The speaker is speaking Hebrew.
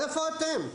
איפה אתם?